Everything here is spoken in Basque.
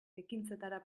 ekintzetara